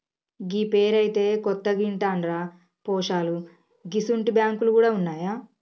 గీ పేరైతే కొత్తగింటన్నరా పోశాలూ గిసుంటి బాంకులు గూడ ఉన్నాయా